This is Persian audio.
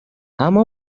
اما